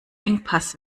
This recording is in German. engpass